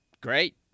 Great